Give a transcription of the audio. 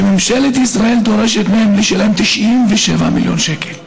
ממשלת ישראל דורשת מהם לשלם 97 מיליון שקלים.